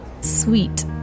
sweet